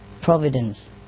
providence